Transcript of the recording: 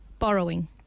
Borrowing